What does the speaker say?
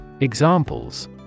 Examples